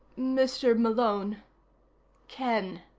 mr. malone ken,